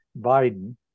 Biden